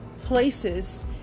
places